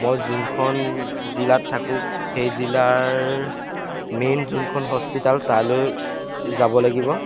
মই যোনখন জিলাত থাকোঁ সেই জিলাৰ মেইন যোনখন হস্পিটাল তালৈ যাব লাগিব